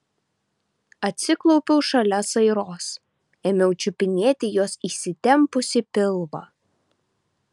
atsiklaupiau šalia sairos ėmiau čiupinėti jos įsitempusį pilvą